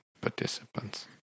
participants